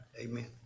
Amen